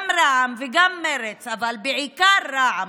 גם רע"מ וגם מרצ אבל בעיקר רע"מ,